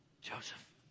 Joseph